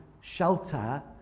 shelter